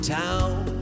town